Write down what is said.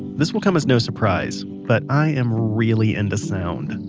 this will come as no surprise, but i'm really into sound.